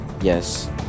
Yes